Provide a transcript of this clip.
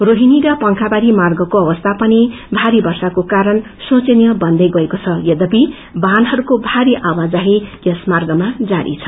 रोहिणी पंखाबारी मार्गको अवस्था पनि भारी वर्षाको कारण शेचनीय बन्दै गरेको यद्यपि वाहनहरूको भारी आवाजाही यस मार्गमा जारी छ